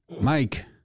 Mike